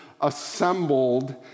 assembled